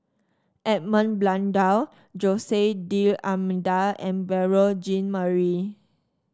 Edmund Blundell Jose D'Almeida and Beurel Jean Marie